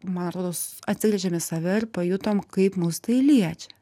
man rodos atsigręžėm į save ir pajutom kaip mus tai liečia